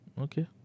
Okay